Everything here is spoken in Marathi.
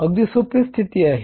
अगदी सोपी स्थिती आहे